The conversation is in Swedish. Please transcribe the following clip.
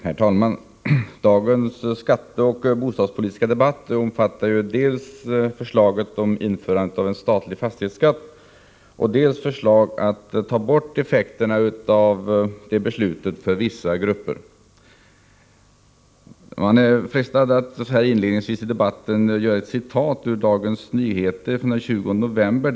Herr talman! Dagens skatteoch bostadspolitiska debatt handlar dels om förslaget om införandet av en statlig fastighetsskatt, dels om förslag beträffande borttagande av de effekter som ett sådant beslut ger för vissa grupper. Inledningsvis frestas jag citera vad Nils-Eric Sandberg säger i Dagens Nyheter den 20 november.